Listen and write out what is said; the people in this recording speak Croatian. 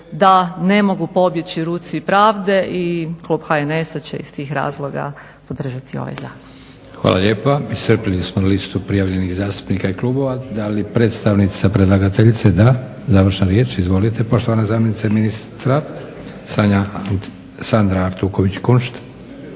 da ne mogu pobjeći ruci pravde i klub HNS-a će iz tih razloga podržati ovaj zakon.